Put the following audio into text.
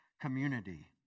community